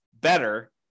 better